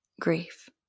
grief